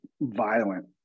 violent